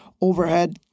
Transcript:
overhead